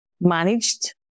managed